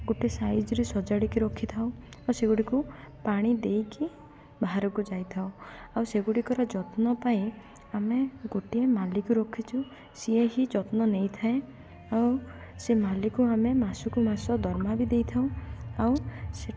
ଗୋଟେ ସାଇଜ୍ରେ ସଜାଡ଼ିକି ରଖିଥାଉ ଆଉ ସେଗୁଡ଼ିକୁ ପାଣି ଦେଇକି ବାହାରକୁ ଯାଇଥାଉ ଆଉ ସେଗୁଡ଼ିକର ଯତ୍ନ ପାଇଁ ଆମେ ଗୋଟିଏ ମାଳିକୁ ରଖିଛୁ ସିଏ ହିଁ ଯତ୍ନ ନେଇଥାଏ ଆଉ ସେ ମାଳିକୁ ଆମେ ମାସକୁ ମାସ ଦରମା ବି ଦେଇଥାଉ ଆଉ ସେ